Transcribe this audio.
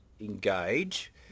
engage